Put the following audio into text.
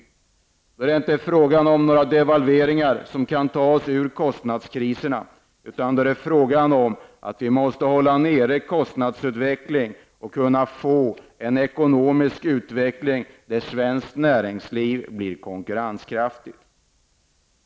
Då kan det inte bli fråga om några devalveringar som kan ta oss ur kostnadskriserna, utan då är det fråga om att vi måste hålla kostnadsutvecklingen nere och få en ekonomisk utveckling som innebär att svenskt näringsliv blir konkurrenskraftigt.